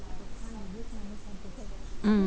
mm